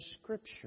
scripture